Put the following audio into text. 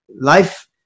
life